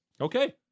Okay